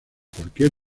cualquier